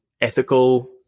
ethical